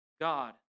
God